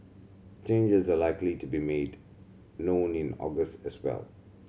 changes are likely to be made known in August as well